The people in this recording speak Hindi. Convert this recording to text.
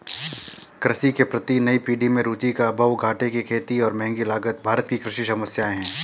कृषि के प्रति नई पीढ़ी में रुचि का अभाव, घाटे की खेती और महँगी लागत भारत की कृषि समस्याए हैं